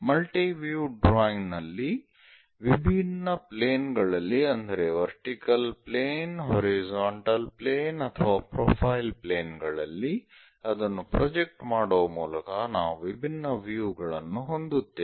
multi view drawing ನಲ್ಲಿ ವಿಭಿನ್ನ plane ಗಳಲ್ಲಿ ಅಂದರೆ ವರ್ಟಿಕಲ್ ಪ್ಲೇನ್ ಹಾರಿಜಾಂಟಲ್ ಪ್ಲೇನ್ ಅಥವಾ ಪ್ರೊಫೈಲ್ ಪ್ಲೇನ್ ಗಳಲ್ಲಿ ಅದನ್ನು ಪ್ರೊಜೆಕ್ಟ್ ಮಾಡುವ ಮೂಲಕ ನಾವು ವಿಭಿನ್ನ ವ್ಯೂ ಗಳನ್ನು ಹೊಂದುತ್ತೇವೆ